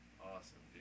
Awesome